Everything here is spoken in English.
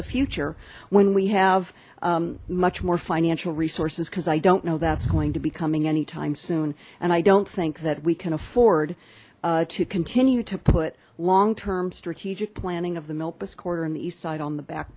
the future when we have much more financial resources because i don't know that's going to be coming anytime soon and i don't think that we can afford to continue to put long term strategic planning of the milpas quarter and the east side on the back